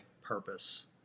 purpose